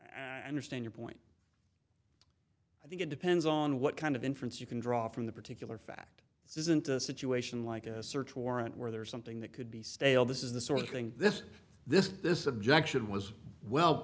understand your point i think it depends on what kind of inference you can draw from the particular fact this isn't a situation like a search warrant where there's something that could be stale this is the sort of thing this this this objection was well